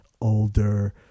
older